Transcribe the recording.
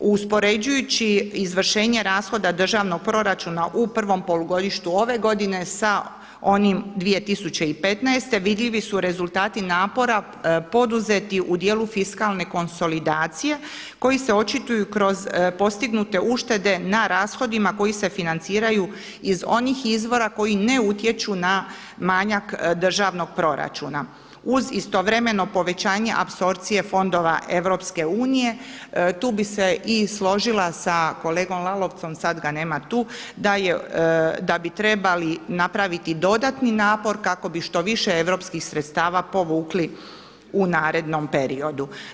Uspoređujući izvršenje rashoda državnog proračuna u prvom polugodištu ove godine sa onim 2015. vidljivi su rezultati napora poduzeti u dijelu fiskalne konsolidacije koji se očituju kroz postignute uštede na rashodima koji se financiraju iz onih izvora koji ne utječu na manjak državnog proračuna uz istovremeno povećanje apsorpcije fondova EU tu bih se i složila sa kolegom Lalovcom, sad ga nema tu, da bi trebali napravili dodatni napor kako bi što više europskih sredstava povukli u narednom periodu.